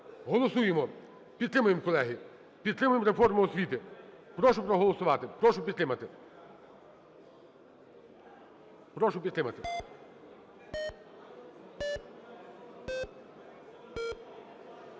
Голосуємо. Підтримаємо, колеги. Підтримаємо реформу освіти. Прошу проголосувати. Прошу підтримати.